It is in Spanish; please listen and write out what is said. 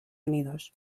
unidos